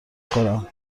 خورم